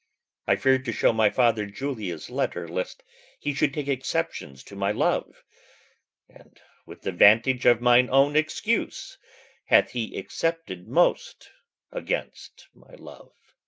i fear'd to show my father julia's letter, lest he should take exceptions to my love and with the vantage of mine own excuse hath he excepted most against my love.